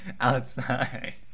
outside